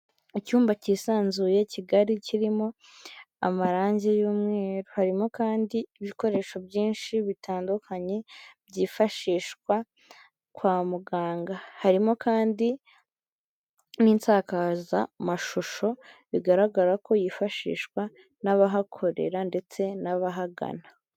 Mu cyumba cyisanzuye kigari kirimo amarangi y'umweru, harimo kandi ibikoresho byinshi bitandukanye byifashishwa kwa muganga, harimo kandi n'insakazamashusho bigaragara ko yifashishwa n'abahakorera ndetse n'abahagana.